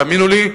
ותאמינו לי,